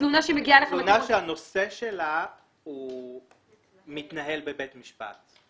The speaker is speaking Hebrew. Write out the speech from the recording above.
התלונה שמגיעה אליכם --- תלונה שהנושא שלה מתנהל בבית משפט.